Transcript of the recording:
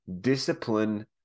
discipline